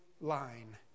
line